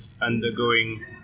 undergoing